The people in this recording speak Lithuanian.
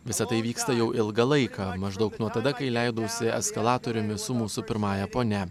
visa tai vyksta jau ilgą laiką maždaug nuo tada kai leidausi eskalatoriumi su mūsų pirmąja ponia